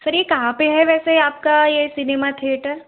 sir यह कहाँ पर है वैसे आपका ये सिनेमा थियेटर